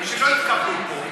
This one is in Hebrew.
טובים,